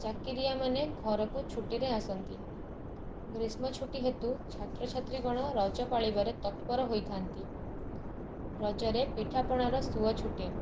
ଚାକିରିଆମାନେ ଘରକୁ ଛୁଟିରେ ଆସନ୍ତି ଗ୍ରୀଷ୍ମ ଛୁଟି ହେତୁ ଛାତ୍ରଛାତ୍ରୀଗଣ ରଜ ପାଳିବାରେ ତତ୍ପର ହୋଇ ଥାଆନ୍ତି ରଜରେ ପିଠାପଣାର ସୁଅ ଛୁଟେ